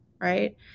Right